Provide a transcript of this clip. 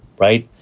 right.